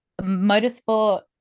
motorsport